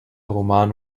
roman